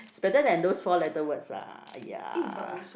it's better than those four letter words lah !aiya!